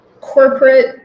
corporate